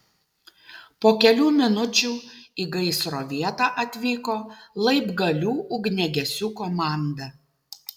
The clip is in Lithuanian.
po kelių minučių į gaisro vietą atvyko laibgalių ugniagesių komanda